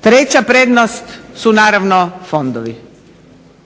Treća prednost su naravno fondovi.